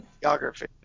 Geography